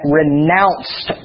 renounced